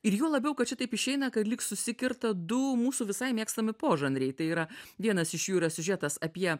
ir juo labiau kad šitaip išeina kad lyg susikerta du mūsų visai mėgstami požanriai tai yra vienas iš jų yra siužetas apie